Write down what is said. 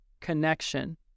connection